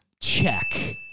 Check